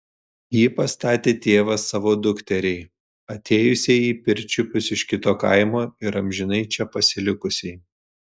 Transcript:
jį pastatė tėvas savo dukteriai atėjusiai į pirčiupius iš kito kaimo ir amžinai čia pasilikusiai